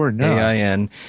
AIN